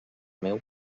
meu